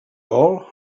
all